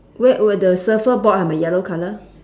wait were the surfer board hai mai yellow colour